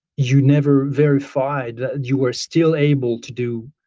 you never verified that you were still able to do